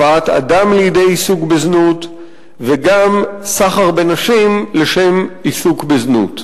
הבאת אדם לידי עיסוק בזנות וגם סחר בנשים לשם עיסוק בזנות.